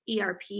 ERP